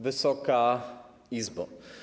Wysoka Izbo!